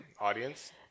audience